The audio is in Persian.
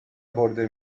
برده